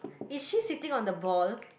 is she sitting on the ball